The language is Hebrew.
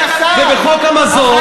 ובחוק המזון,